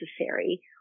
necessary